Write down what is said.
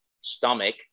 stomach